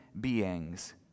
beings